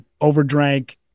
overdrank